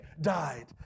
died